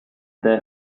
their